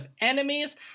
Enemies